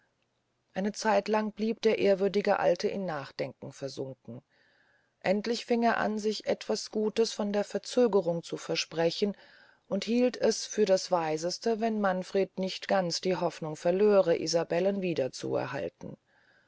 eine zeitlang blieb der ehrwürdige alte in nachdenken verloren endlich fing er an sich etwas gutes von der verzögerung zu versprechen und hielt es für das weiseste wenn manfred nicht ganz die hofnung verlöre isabellen